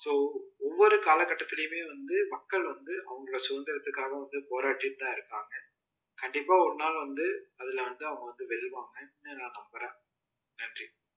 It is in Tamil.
ஸோ ஒவ்வொரு காலக்கட்டத்துலேயுமே வந்து மக்கள் வந்து அவங்கள சுதந்தத்திற்காக வந்து போராடிட்டுதான் இருக்காங்க கண்டிப்பாக ஒரு நாள் வந்து அதில் வந்து அவங்க வந்து வெல்வாங்க அப்படினு நான் நம்புகிறேன் நன்றி